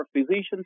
physicians